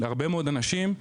להרבה מאוד אנשים,